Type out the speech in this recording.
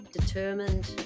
determined